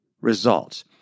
results